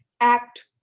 Act